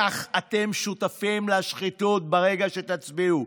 כך אתם שותפים לשחיתות ברגע שתצביעו.